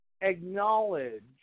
acknowledge